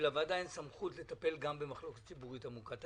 שלוועדה אין סמכות לטפל גם במחלוקת ציבורית עמוקה.